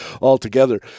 altogether